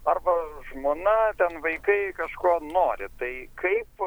arba žmona ten vaikai kažko nori tai kaip